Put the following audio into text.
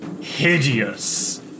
hideous